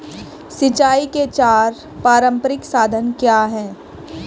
सिंचाई के चार पारंपरिक साधन क्या हैं?